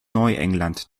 neuengland